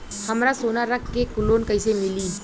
हमरा सोना रख के लोन कईसे मिली?